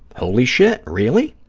holy shit, really?